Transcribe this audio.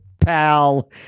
pal